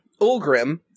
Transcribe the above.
Ulgrim